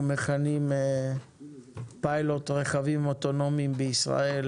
מכנים "פיילוט רכבים אוטונומיים בישראל,